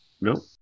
No